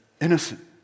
innocent